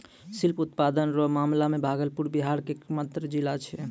silk उत्पादन रो मामला मे भागलपुर बिहार के एकमात्र जिला छै